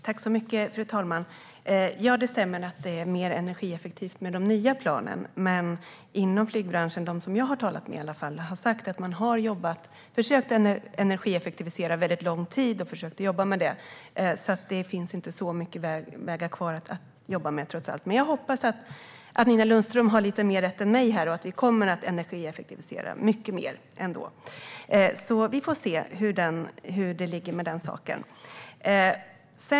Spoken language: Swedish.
Fru talman! Ja, det stämmer att det är mer energieffektivt med de nya planen. Men de inom flygbranschen som jag har talat med har sagt att man har försökt energieffektivisera under en väldigt lång tid. Det finns alltså inte så många vägar kvar att jobba med, trots allt. Men jag hoppas att Nina Lundström har lite mer rätt än jag och att vi kommer att energieffektivisera mycket mer. Vi får se hur det ligger till med den saken.